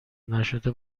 نشده